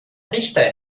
richter